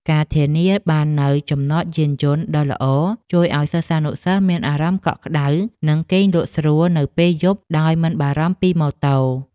ការធានាបាននូវចំណតយានយន្តដ៏ល្អជួយឱ្យសិស្សានុសិស្សមានអារម្មណ៍កក់ក្តៅនិងគេងលក់ស្រួលនៅពេលយប់ដោយមិនបារម្ភពីម៉ូតូ។